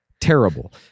Terrible